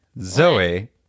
Zoe